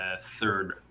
third